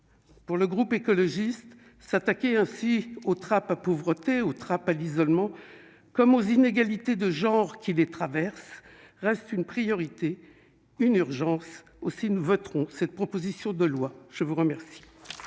pour le groupe écologiste s'attaquer ainsi aux trappes à pauvreté ou à l'isolement comme aux inégalités de genre qui les traversent reste une priorité, une urgence, aussi nous voterons cette proposition de loi, je vous remercie.